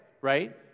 right